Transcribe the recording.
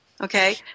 Okay